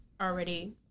already